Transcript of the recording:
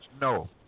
No